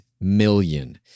million